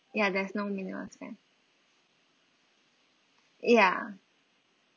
ya there's no minimum spend ya